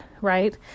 Right